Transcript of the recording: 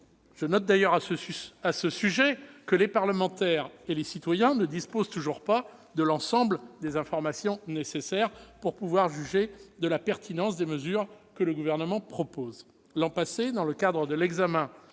Je note d'ailleurs à ce sujet que les parlementaires et les citoyens ne disposent toujours pas de l'ensemble des informations nécessaires pour pouvoir juger de la pertinence des mesures que le Gouvernement propose. L'an passé, dans le cadre de l'examen